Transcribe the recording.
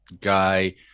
guy